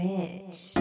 Rich